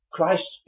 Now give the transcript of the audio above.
Christ